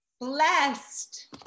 blessed